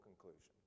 conclusion